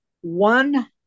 One